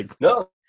no